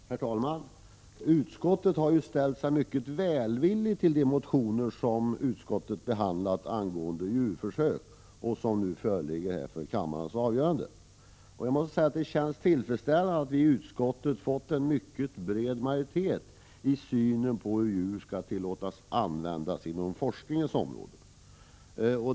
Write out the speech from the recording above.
Herr talman! Utskottet har ställt sig mycket välvilligt till de motioner om djurförsök som utskottet har behandlat och som nu föreligger för kammarens avgörande. Det känns tillfredsställande att vi i utskottet fått en mycket bred majoritet i fråga om synen på hur djur skall tillåtas bli använda inom forskningen.